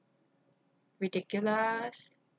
ridiculous